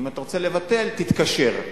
תתקשר.